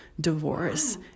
divorce